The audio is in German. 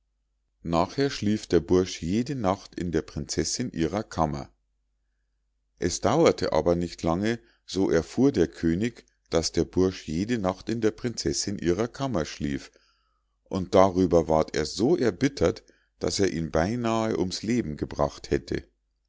nachher schlief der bursch jede nacht in der prinzessinn ihrer kammer es dauerte aber nicht lange so erfuhr der könig daß der bursch jede nacht in der prinzessinn ihrer kammer schlief und darüber ward er so erbittert daß er ihn beinahe ums leben gebracht hätte